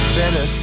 better